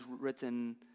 written